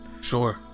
Sure